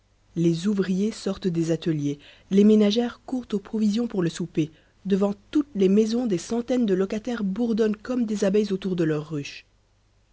les ouvriers sortent des ateliers les ménagères courent aux provisions pour le souper devant toutes les maisons des centaines de locataires bourdonnent comme des abeilles autour de leur ruche